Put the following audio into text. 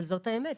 זו האמת,